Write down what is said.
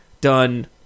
done